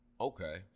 Okay